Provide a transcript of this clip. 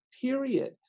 period